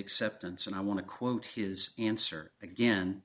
acceptance and i want to quote his answer again